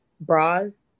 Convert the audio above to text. bras